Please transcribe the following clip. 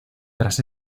tras